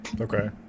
Okay